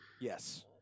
Yes